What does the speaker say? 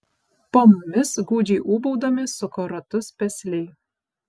po mumis gūdžiai ūbaudami suko ratus pesliai